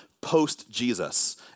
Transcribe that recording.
post-Jesus